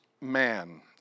man